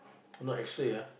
not X-ray ah